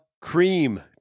cream